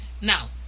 Now